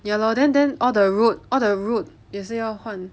ya lor then then all the road all the route 也是要换